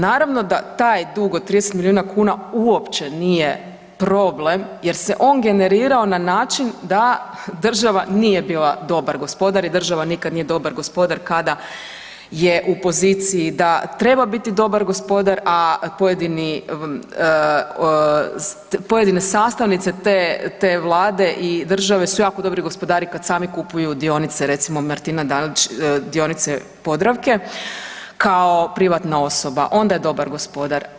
Naravno da taj dug od 30 miliona kuna uopće nije problem jer se on generirao na način da država nije bila dobar gospodar i država nikada nije gospodar kada je u poziciji da treba biti dobar gospodar, a pojedini, pojedine sastavnice te Vlade i države su jako dobri gospodari kad sami kupuju dionice recimo Martina Dalić dionice Podravke, kao privatna osoba, onda je dobar gospodar.